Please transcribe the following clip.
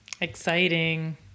Exciting